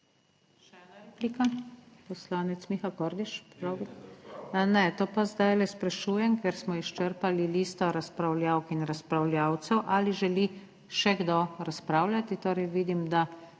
Še ena replika, poslanec Miha Kordiš. / oglašanje iz dvorane/ Ne, to pa zdajle sprašujem, ker smo izčrpali listo razpravljavk in razpravljavcev. Ali želi še kdo razpravljati? Torej vidim, da